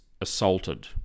assaulted